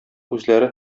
үзләре